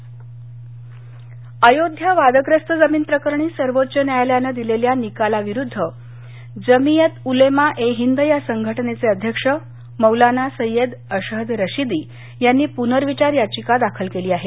अयोध्या अयोध्या वादग्रस्त जमीन प्रकरणी सर्वोच्च न्यायालयानं दिलेल्या निकालाविरुद्ध जमियत उलेमा ए हिंद या संघटनेचे अध्यक्ष मौलाना सैयद अशहद रशीदी यांनी पुनविंचार याचिका दाखल केली आहे